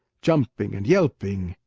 jumping and yelping.